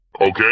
Okay